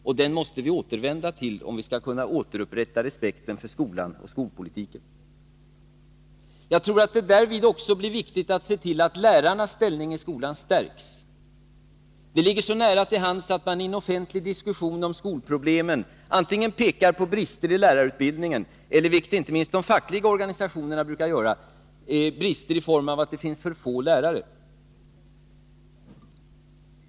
Och den måste vi återvända till, om vi skall kunna återupprätta respekten för skolan och skolpolitiken. Jag tror att det därvid också blir viktigt att se till att lärarnas ställning i skolan stärks. Det ligger nära till hands att i en offentlig diskussion om skolproblemen peka på antingen brister i lärarutbildningen eller — vilket inte minst de fackliga organisationerna brukar göra — brister i form av att det finns för få lärare.